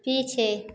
पीछे